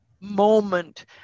moment